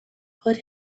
put